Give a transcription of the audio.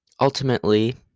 ultimately